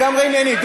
אין מחלוקת על זה.